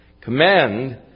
command